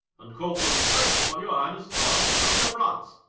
and copland straight upon your highness' charge is come to france,